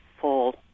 full